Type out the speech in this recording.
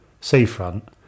seafront